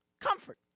comfort